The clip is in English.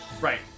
Right